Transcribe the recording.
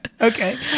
Okay